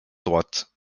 droite